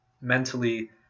mentally